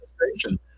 administration